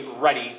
ready